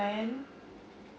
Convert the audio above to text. plan